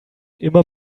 immer